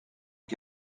les